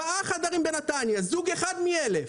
זוג אחד מאלף,